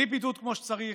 בלי בידוד כמו שצריך,